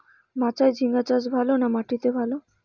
মাচায় ঝিঙ্গা চাষ ভালো না মাটিতে ভালো?